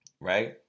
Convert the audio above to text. right